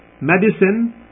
medicine